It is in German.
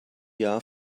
jahr